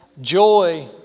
joy